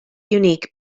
unique